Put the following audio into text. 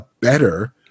better